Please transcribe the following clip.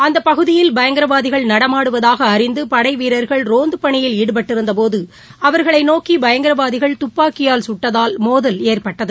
அந்தப்பகுதியில் பயங்கரவாதிகள் நடமாடுவதாக அறிந்து பனடவீரர்கள் ரோந்து பணியில் ஈடுபட்டிருந்தபோது அவர்களை நோக்கி பயங்கரவாதிகள் துப்பாக்கியால் சுட்டதால் மோதல் ஏற்பட்டது